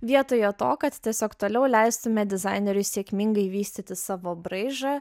vietoje to kad tiesiog toliau leistume dizaineriui sėkmingai vystyti savo braižą